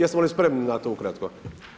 Jesmo li spremni na to ukratko?